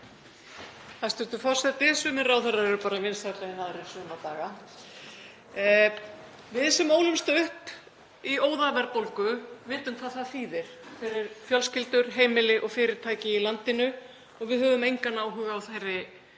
Hæstv. forseti. Sumir ráðherrar eru bara vinsælli en aðrir suma daga. Við sem ólumst upp í óðaverðbólgu vitum hvað það þýðir fyrir fjölskyldur, heimili og fyrirtæki í landinu og við höfum engan áhuga á